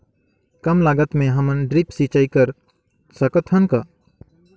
कम लागत मे हमन ड्रिप सिंचाई कर सकत हन?